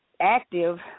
Active